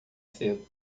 cedo